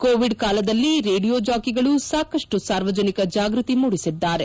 Covid ಕಾಲದಲ್ಲಿ radio ಜಾಕಿಗಳು ಸಾಕಷ್ಟು ಸಾರ್ವಜನಿಕ ಜಾಗ್ಬತಿ ಮೂಡಿಸಿದ್ದಾರೆ